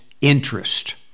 interest